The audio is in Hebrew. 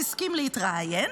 הוא הסכים להתראיין.